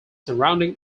surrounding